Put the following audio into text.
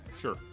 Sure